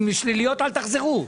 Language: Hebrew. עם תשובות שליליות אל תחזרו.